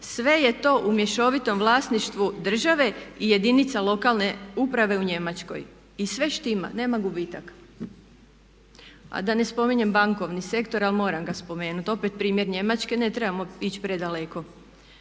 sve je to u mješovitom vlasništvu države i jedinica lokalne uprave u Njemačkoj. I sve štima, nema gubitaka. A da ne spominjem bankovni sektor, ali moram ga spomenuti. Opet primjer Njemačke, ne trebamo ići predaleko.